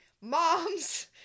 mom's